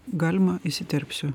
galima įsiterpsiu